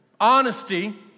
honesty